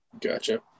Gotcha